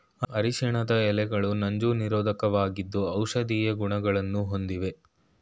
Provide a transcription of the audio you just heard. ಅರಿಶಿಣದ ಎಲೆಗಳು ನಂಜು ನಿರೋಧಕವಾಗಿದ್ದು ಔಷಧೀಯ ಗುಣಗಳನ್ನು ಹೊಂದಿವೆ